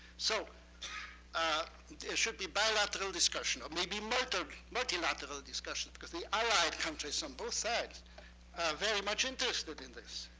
so there ah should be bilateral discussion, or maybe multilateral multilateral discussions, because the allied countries on both sides are very much interested in this.